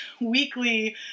weekly